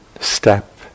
step